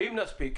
נספיק.